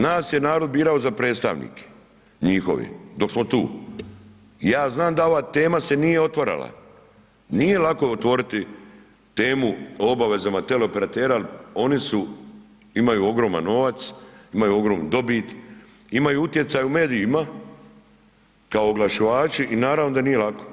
Nas je narod birao za predstavnike njihove dok smo tu i ja znam da ova tema se nije otvarala, nije lako otvoriti temu o obavezama teleoperatera, oni su, oni su, imaju ogroman novac, imaju ogromnu dobit, imaju utjecaj u medijima kao oglašivači i naravno da nije lako.